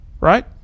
right